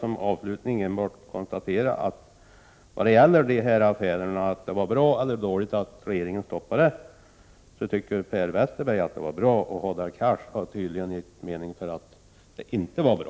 Som avslutning vill jag bara konstatera att beträffande frågan om det var bra eller dåligt att regeringen stoppade de här kommanditbolagsaffärerna, tycker Per Westerberg att det var bra, medan Hadar Cars tydligen anser att det inte var bra.